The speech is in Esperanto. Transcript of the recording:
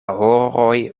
horoj